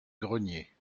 grenier